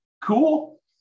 cool